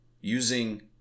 using